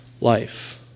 life